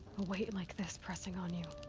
a weight like this pressing on you?